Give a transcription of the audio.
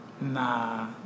Nah